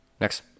next